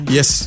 Yes